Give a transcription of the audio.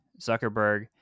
Zuckerberg